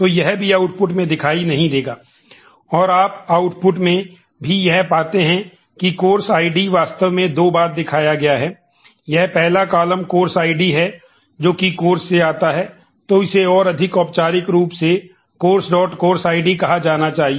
तो यह आउटपुट बुलाया जाना चाहिए